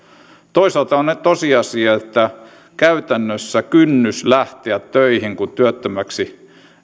toisaalta on tosiasia että käytännössä kynnys lähteä töihin kun työttömäksi